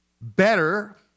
better